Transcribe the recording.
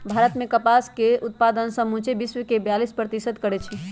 भारत मे कपास के उत्पादन समुचे विश्वके बेयालीस प्रतिशत करै छै